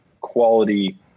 quality